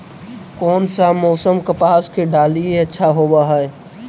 कोन सा मोसम कपास के डालीय अच्छा होबहय?